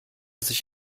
sich